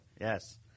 Yes